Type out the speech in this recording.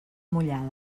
mullades